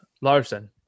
Larson